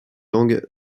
langues